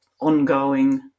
ongoing